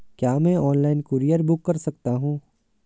क्या मैं online courier book कर सकता हूँ?